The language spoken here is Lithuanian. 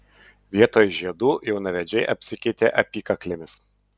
vietoj žiedų jaunavedžiai apsikeitė apykaklėmis